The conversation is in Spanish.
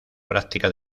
práctica